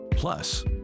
Plus